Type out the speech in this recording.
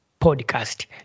podcast